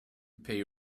pay